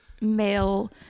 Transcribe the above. male